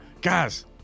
Guys